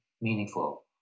meaningful